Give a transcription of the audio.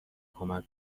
کمک